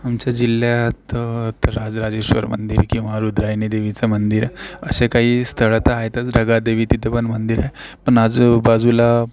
आमच्या जिल्ह्यात तर तर राजराजेश्वर मंदिर किंवा रुद्रायणी देवीचं मंदिर असे काही स्थळं तर आहेतच नगरादेवी तिथं पण मंदिर आहे पण आजूबाजूला